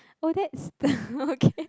oh that's okay